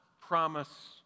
promise